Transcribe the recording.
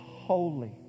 holy